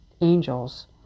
angels